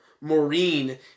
Maureen